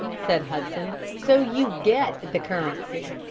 said hudson, so you get the currency.